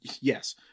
yes